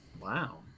Wow